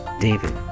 David